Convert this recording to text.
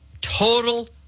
Total